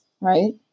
Right